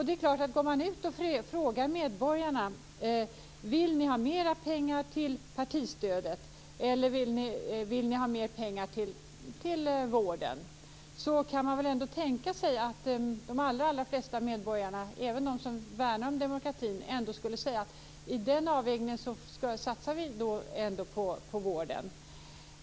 Det är klart att om man går ut och frågar medborgarna: Vill ni ha mer pengar till partistödet, eller vill ni ha mer pengar till vården, kan man ändå tänka sig att de allra flesta medborgare, även de som värnar om demokratin, ändå skulle säga att de vill satsa på vården.